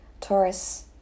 Taurus